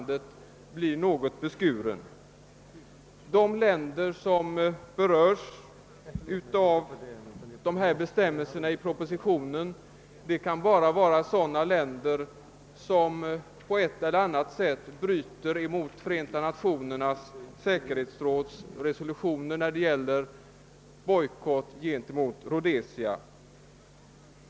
De länder som berörs av bestämmelserna i propositionen kan bara vara sådana länder som på ett eller annat sätt bryter mot Förenta Nationernas säkerhetsråds beslut i fråga om bojkott mot Rhodesia.